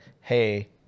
Hey